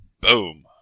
Boom